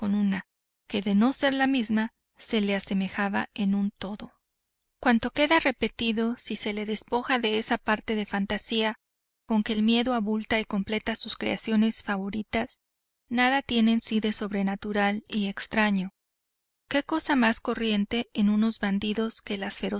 que de no ser la misma se le asemejaba en un todo cuanto queda repetido si se le despoja de esa parte de fantasía con que el miedo abulta y completa sus creaciones favoritas nada tiene en si de sobrenatural y extraño qué cosa más corriente en unos bandidos que las